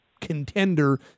contender